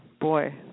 boy